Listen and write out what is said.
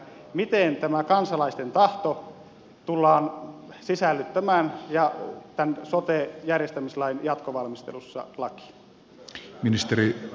miten tämä kansalaisten tahto tullaan sisällyttämään tämän sote järjestämislain jatkovalmistelussa lakiin